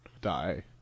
die